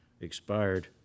expired